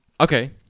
okay